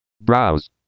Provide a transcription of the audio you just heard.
Browse